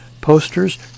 posters